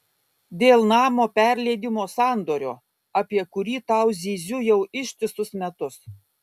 dėl namo perleidimo sandorio apie kurį tau zyziu jau ištisus metus